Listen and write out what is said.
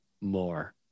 more